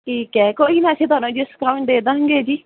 ਠੀਕ ਹੈ ਕੋਈ ਨਾ ਥਨੂੰ ਡਿਸਕਾਊਂਟ ਦੇ ਦਾਂਗੇ ਜੀ